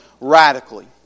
radically